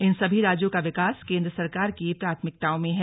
इन सभी राज्यों का विकास केंद्र सरकार की प्राथमिकताओं में है